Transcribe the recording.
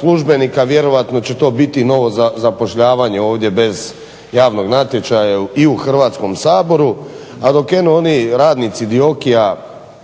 službenika. Vjerojatno će to biti novo zapošljavanje ovdje bez javnog natječaja i u Hrvatskom saboru. A dok eno oni radnici DIOKI-ja